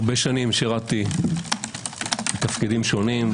הרבה שנים שירתי בתפקידים שונים,